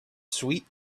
sweet